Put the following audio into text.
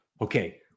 Okay